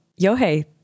Yohei